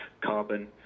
carbon